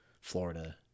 florida